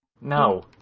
No